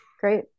great